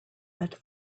but